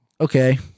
okay